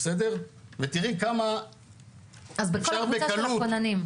בסדר ותיראי כמה -- אז בכל הקבוצה של הכוננים.